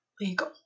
legal